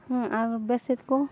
ᱦᱮᱸ ᱟᱨ bed sheet ᱠᱚ